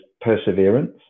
perseverance